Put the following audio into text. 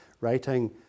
writing